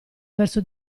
verso